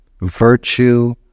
virtue